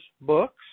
books